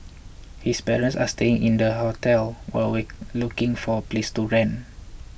his parents are staying in the hotels while we looking for a place to rent